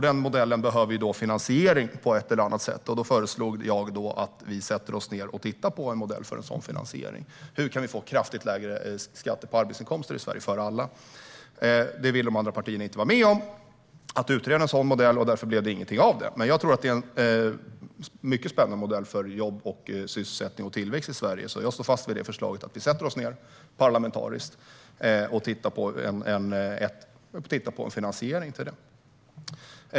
Denna modell behöver finansiering på ett eller annat sätt, och då föreslog jag att vi skulle sätta oss ned och titta på en modell för sådan finansiering och hur vi kan få kraftigt lägre skatter på arbetsinkomster i Sverige för alla. De andra partierna ville inte vara med och utreda en sådan modell, och därför blev det ingenting av med det. Men jag tror att det är en mycket spännande modell för jobb, sysselsättning och tillväxt i Sverige. Jag står därför fast vid förslaget att vi ska sätta oss ned parlamentariskt och titta på finansiering.